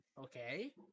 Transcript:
okay